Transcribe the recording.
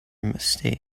mistake